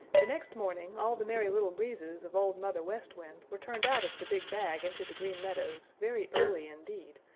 the next morning all the merry little breezes of old mother west wind were turned out of the big bag into the green meadows very early indeed,